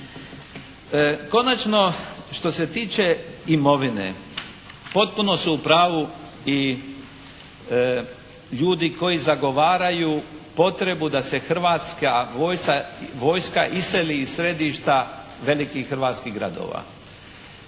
Konačno što se tiče imovine potpuno su u pravu i ljudi koji zagovaraju potrebu da se Hrvatska vojska iseli iz središta velikih hrvatskih gradova.